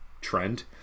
trend